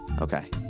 Okay